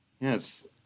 Yes